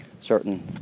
certain